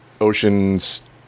Ocean's